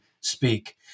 speak